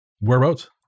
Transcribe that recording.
Whereabouts